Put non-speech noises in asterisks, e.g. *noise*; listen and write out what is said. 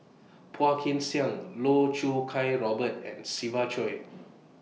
Phua Kin Siang Loh Choo Kiat Robert and Siva Choy *noise*